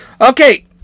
Okay